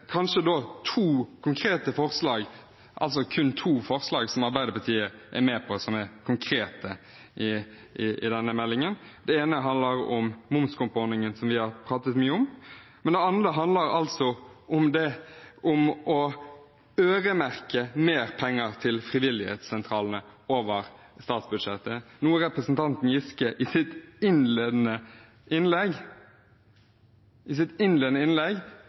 kun to forslag som Arbeiderpartiet er med på, som er konkrete i denne meldingen. Det ene handler om momskompensasjonsordningen, som vi har pratet mye om. Det andre handler om å øremerke mer penger til frivillighetssentralene over statsbudsjettet, noe representanten Giske i sitt innledende innlegg